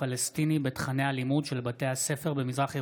פלסטיני בתוכני הלימוד של בתי הספר במזרח ירושלים.